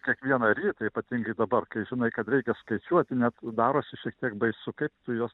kiekvieną rytą ypatingai dabar kai žinai kad reikia skaičiuoti net darosi šiek tiek baisu kaip tu juos